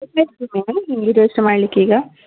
ನಿಮಗೆ ಟೇಸ್ಟ್ ಮಾಡಲಿಕ್ಕೀಗ